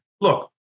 look